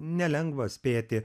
nelengva spėti